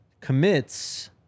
commits